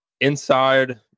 Inside